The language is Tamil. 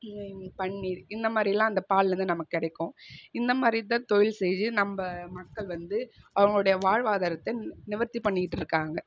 பன்னீர் இந்தமாதிரிலாம் அந்த பாலிலேருந்து நமக்கு கிடைக்கும் இந்தமாதிரிதான் தொழில் செய்து நம்ப மக்கள் வந்து அவர்களுடைய வாழ்வாதாரத்தை நிவர்த்தி பண்ணிக்கிட்டு இருக்காங்க